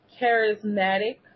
charismatic